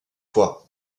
fois